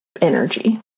energy